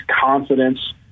confidence